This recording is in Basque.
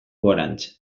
gorantz